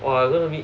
!wah! does it mean